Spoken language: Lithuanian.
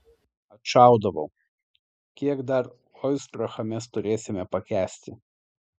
atšaudavau kiek dar oistrachą mes turėsime pakęsti